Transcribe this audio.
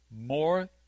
more